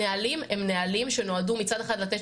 הנהלים הם נהלים שנועדו מצד אחד לתת